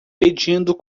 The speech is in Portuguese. pedindo